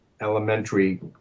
elementary